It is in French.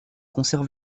conservent